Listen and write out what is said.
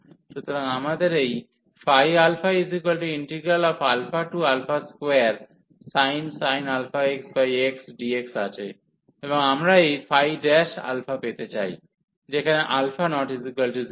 সুতরাং আমাদের এই 2sin αx xdx আছে এবং আমরা এই ϕ পেতে চাই যেখানে α ≠ 0